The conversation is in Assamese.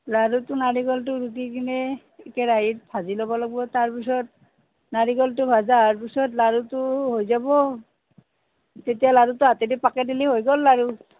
লাড়ুটো নাৰিকলটো ৰুকি কিনে কেৰাহীত ভাজি ল'ব লাগিব তাৰপিছত নাৰিকলটো ভজা হোৱাৰ পিছত লাড়ুটো হৈ যাব তেতিয়া লাডুটো হাতেদি পকাই দিলে হৈ গ'ল লাড়ু